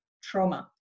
trauma